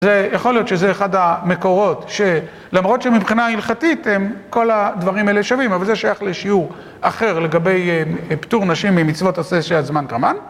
זה יכול להיות שזה אחד המקורות שלמרות שמבחינה הלכתית הם כל הדברים האלה שווים אבל זה שייך לשיעור אחר לגבי פטור נשים ממצוות עשה שהזמן גרמן